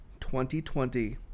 2020